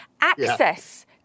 Access